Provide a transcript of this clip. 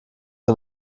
von